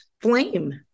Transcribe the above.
flame